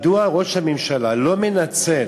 מדוע ראש הממשלה לא מנצל